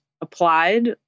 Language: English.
applied